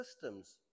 systems